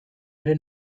ere